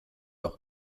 auch